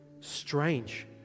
strange